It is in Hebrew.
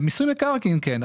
במיסוי מקרקעין, כן.